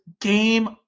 game